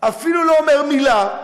אפילו לא אומר מילה,